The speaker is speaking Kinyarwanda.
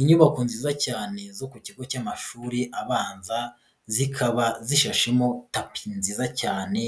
Inyubako nziza cyane zo ku kigo cy'amashuri abanza, zikaba zishamo tapi nziza cyane,